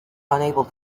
unable